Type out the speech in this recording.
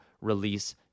release